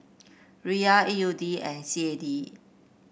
Riyal A U D and C A D